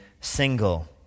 single